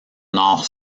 nord